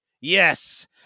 Yes